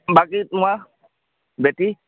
বাকী তোমাৰ বেতি